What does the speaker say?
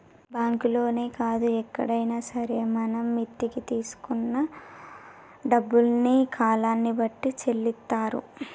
బ్యాంకుల్లోనే కాదు ఎక్కడైనా సరే మనం మిత్తికి తీసుకున్న డబ్బుల్ని కాలాన్ని బట్టి చెల్లిత్తారు